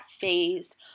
phase